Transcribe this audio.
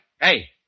Hey